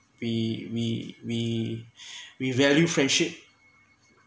we we we we value friendship